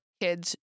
kids